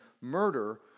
murder